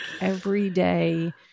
everyday